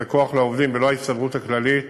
הוא "כוח לעובדים" ולא ההסתדרות הכללית.